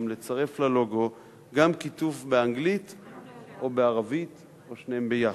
לצרף ללוגו גם כיתוב באנגלית או בערבית או שניהם יחד.